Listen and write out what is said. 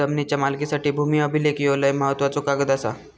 जमिनीच्या मालकीसाठी भूमी अभिलेख ह्यो लय महत्त्वाचो कागद आसा